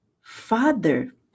Father